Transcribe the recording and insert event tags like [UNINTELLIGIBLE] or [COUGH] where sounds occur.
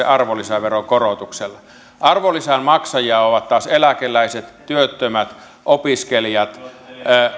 [UNINTELLIGIBLE] arvonlisäveron korotuksella arvonlisän maksajia ovat taas eläkeläiset työttömät opiskelijat